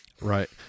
Right